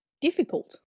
difficult